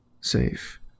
Safe